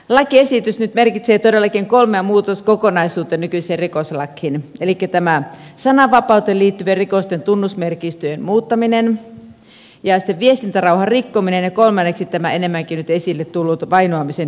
lakiesitys nyt merkitsee todellakin kolmea muutoskokonaisuutta nykyiseen rikoslakiin elikkä sananvapauteen liittyvien rikosten tunnusmerkistöjen muuttaminen ja sitten viestintärauhan rikkominen ja kolmanneksi tämä enemmänkin nyt esille tullut vainoamisen kriminalisointi